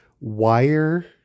wire